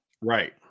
Right